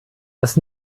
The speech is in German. das